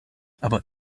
aber